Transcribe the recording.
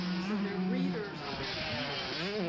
so their readers or their viewers,